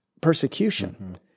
persecution